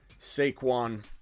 Saquon